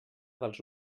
dels